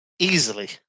easily